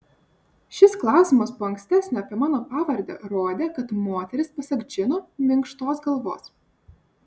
šis klausimas po ankstesnio apie mano pavardę rodė kad moteris pasak džino minkštos galvos